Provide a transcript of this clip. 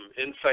insight